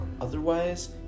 Otherwise